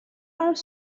are